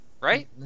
Right